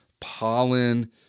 pollen